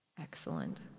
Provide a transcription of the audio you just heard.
Excellent